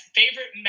favorite